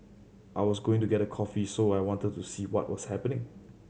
I was going to get a coffee so I wanted to see what was happening